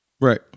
Right